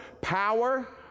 power